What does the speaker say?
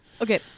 Okay